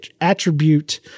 attribute